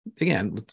again